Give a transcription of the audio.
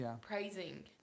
praising